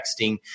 texting